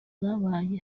zabaye